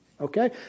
Okay